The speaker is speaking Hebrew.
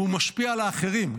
והוא משפיע על האחרים,